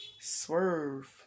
swerve